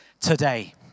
today